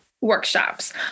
workshops